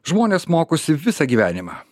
žmonės mokosi visą gyvenimą